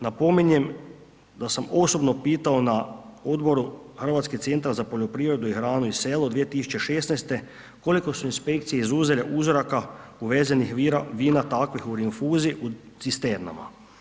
Napominjem da sam osobno pitao na Odboru, Hrvatski centar za poljoprivredu, i hranu i selo, 2016.-te, koliko su inspekcije izuzele uzoraka uvezenih vina takvih u rinfuzi u cisternama.